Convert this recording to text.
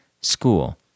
school